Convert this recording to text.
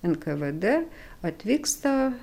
nkvd atvyksta